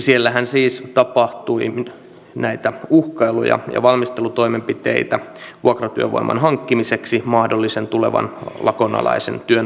siellähän siis tapahtui näitä uhkailuja ja valmistelutoimenpiteitä vuokratyövoiman hankkimiseksi mahdollisen tulevan lakonalaisen työn suorittamiseksi